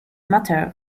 matter